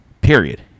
Period